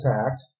attacked